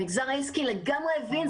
המגזר העסקי לגמרי הבין,